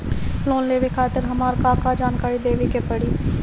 Loan लेवे खातिर हमार का का जानकारी देवे के पड़ी?